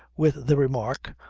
with the remark,